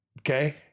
Okay